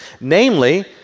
Namely